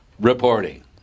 reporting